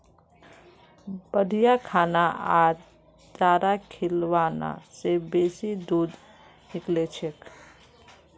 बढ़िया खाना आर चारा खिलाबा से बेसी दूध निकलछेक